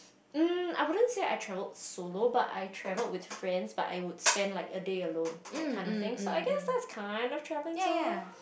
mm I wouldn't say I traveled solo but I traveled with friends but I would spend like a day alone that kind of thing so I guess that's kind of travelling solo